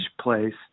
place